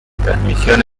transmisión